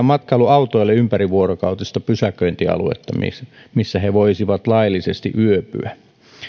matkailuautoille ympärivuorokautista pysäköintialuetta missä missä ne voisivat laillisesti yöpyä